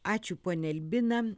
ačiū ponia albina